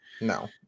No